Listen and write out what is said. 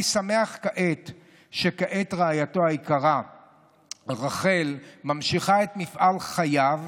אני שמח שכעת רעייתו היקרה רחל ממשיכה את מפעל חייו,